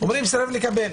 סירב לקבל.